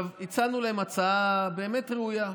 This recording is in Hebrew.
הצענו להם הצעה באמת ראויה: